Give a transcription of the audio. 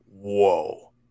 whoa